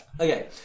Okay